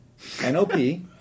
Nop